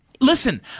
listen